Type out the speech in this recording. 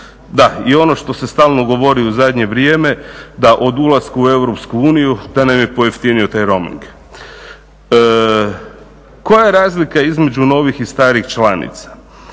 Da i ono što se stalno govori u zadnje vrijeme da od ulaska u Europsku uniju da nam je pojeftinio taj roaming. Koja je razlika između novih i starih članica?